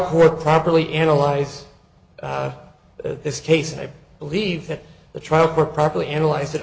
court properly analyze this case and i believe that the trial court properly analyze it